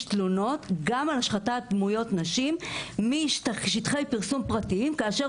תלונות גם על השחתת דמויות נשים בשטחי פרסום פרטיים כאשר